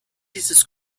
dieses